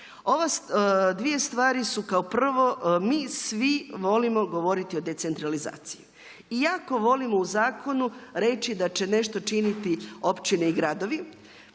Ove dvije stvari su kao prvo mi svi volimo govoriti o decentralizaciji i jako volimo u zakonu reći da će nešto činiti općine i gradovi.